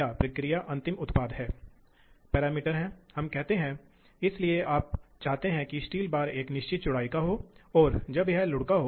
इसलिए भाग कार्यक्रम ब्लॉक इसलिए यह हिस्सा कार्यक्रम मूल रूप से कई ब्लॉकों से युक्त होता है जिन्हें निष्पादित किया जाता है